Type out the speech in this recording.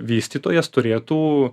vystytojas turėtų